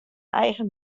eigen